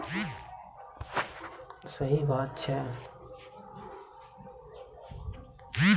दुनिया भरि मे वित्तीय संकट शुरू होला के बाद से अर्थव्यवस्था मे बैंको के हालत खराब छै